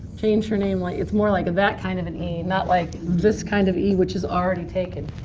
change her name. like it's more like that kind of an e, not like this kind of e which is already taken.